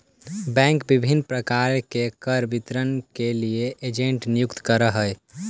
bank विभिन्न प्रकार के कर वितरण लगी एजेंट नियुक्त करऽ हइ